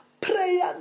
prayer